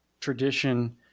tradition